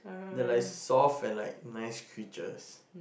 they're like soft and like nice creatures